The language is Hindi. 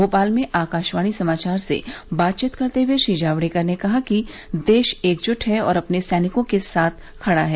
भोपाल में आकाशवाणी समाचार से बातचीत करते हुए श्री जावड़ेकर ने कहा कि देश एकजुट है और अपने सैनिकों के साथ खड़ा है